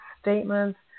statements